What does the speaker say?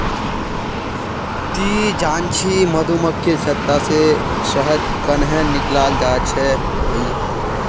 ती जानछि मधुमक्खीर छत्ता से शहद कंन्हे निकालाल जाच्छे हैय